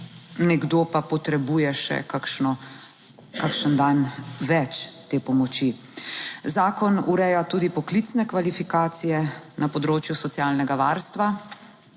nekdo pa potrebuje še kakšno, kakšen dan več te pomoči. Zakon ureja tudi poklicne kvalifikacije na področju socialnega varstva.